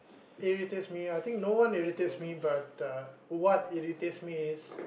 irritates me I think no one irritates me but uh what irritates me is